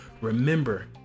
Remember